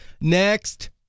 next